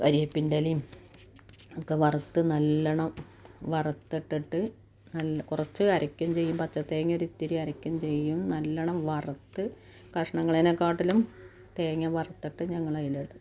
കരിയേപ്പിൻറ്റെലേം ഒക്കെ വറത്ത് നല്ലവണ്ണം വറത്തിട്ടിട്ട് നല്ല കുറച്ച് അരക്കുവേം ചെയ്യും പച്ചത്തേങ്ങേരിത്തിരി അരക്ക്വേം ചെയ്യും നല്ലവണ്ണം വറത്ത് കഷ്ണങ്ങളെക്കാട്ടിലും തേങ്ങ വറത്തിട്ട് ഞങ്ങൾ അതിലിടും